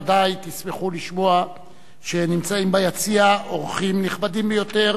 ודאי תשמחו לשמוע שנמצאים ביציע אורחים נכבדים ביותר